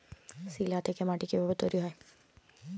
শিলা থেকে মাটি কিভাবে তৈরী হয়?